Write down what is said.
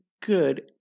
good